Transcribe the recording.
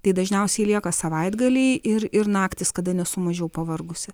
tai dažniausiai lieka savaitgaliai ir ir naktys kada nesu mažiau pavargusi